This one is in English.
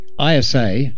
isa